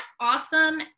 awesome